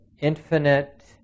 infinite